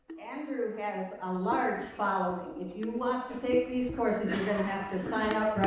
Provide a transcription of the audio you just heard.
andrew has a large following. if you want to take these courses, you're going to have to sign up